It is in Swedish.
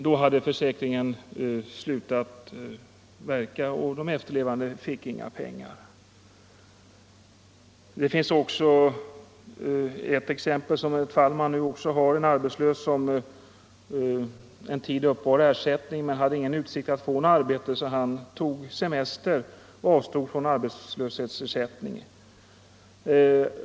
Då hade försäkringen slutat gälla och de efterlevande fick inga pengar. Nu har fackföreningen ett annat aktuellt fall, där en arbetslös uppbar ersättning en tid men inte lyckades få något arbete och därför tog semester och avstod från arbetslöshetsersättningen.